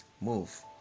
Move